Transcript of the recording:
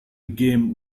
game